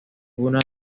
una